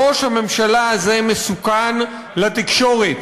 ראש הממשלה הזה מסוכן לתקשורת,